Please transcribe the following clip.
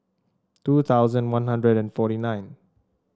two thousand One Hundred and forty nine